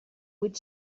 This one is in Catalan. vuit